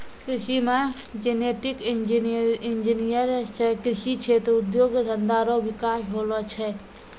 कृषि मे genetic engineer से कृषि क्षेत्र उद्योग धंधा रो विकास होलो छै